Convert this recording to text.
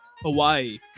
hawaii